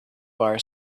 bar